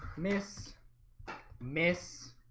miss miss